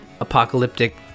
apocalyptic